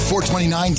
.429